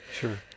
Sure